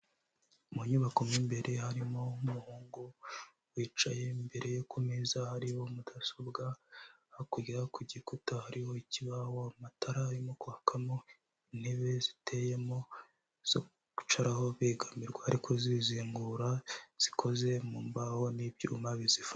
Mu nyubako mo imbere harimo umuhungu wicaye, imbere ku meza hariho mudasobwa, hakurya ku gikuta hariho ikibaho, amatara arimo kwakamo, intebe ziteyemo zo kwicaraho begamirwa ariko zizingura, zikoze mu mbaho n'ibyuma bizifashe.